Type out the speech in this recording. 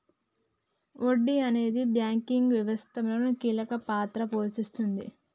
వడ్డీ అనేది బ్యాంకింగ్ వ్యవస్థలో కీలక పాత్ర పోషిస్తాది